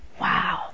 Wow